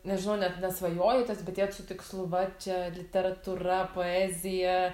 nežinau net nesvajojotės bet ėjot su tikslu va čia literatūra poezija